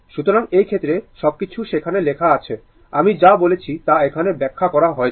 সুতরাং এই ক্ষেত্রে সবকিছু সেখানে লেখা আছে আমি যা বলেছি তা এখানে ব্যাখ্যা করা হয়েছে